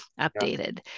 updated